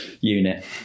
unit